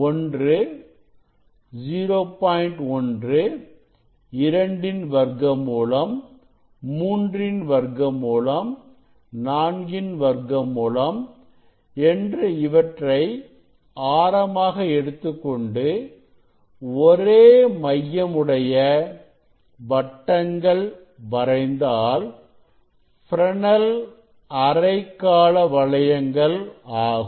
1 இரண்டின் வர்க்கமூலம் மூன்றின் வர்க்கமூலம் நான்கின் வர்க்கமூலம் என்று இவற்றை ஆரமாக எடுத்துக்கொண்டு ஒரே மையம் உடைய வட்டங்கள் வரைந்தால் ஃப்ரெனெல் அரைக்காலவளையங்கள் ஆகும்